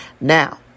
Now